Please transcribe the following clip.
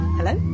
Hello